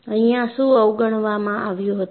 અહિયાં શું અવગણવામાં આવ્યું હતું